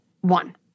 One